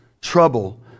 trouble